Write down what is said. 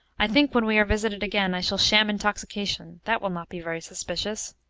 i think when we are visited again i shall sham intoxication that will not be very suspicious.